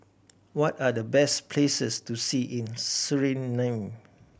what are the best places to see in Suriname